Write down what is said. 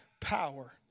power